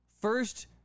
First